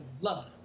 love